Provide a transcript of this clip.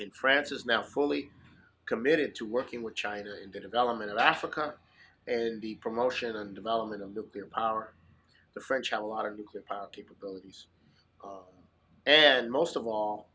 in france is now fully committed to working with china in the development of africa and the promotion and development of nuclear power the french have a lot of nuclear power capabilities and most of all